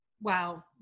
wow